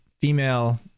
female